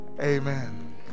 Amen